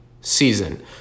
season